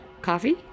Coffee